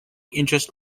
interest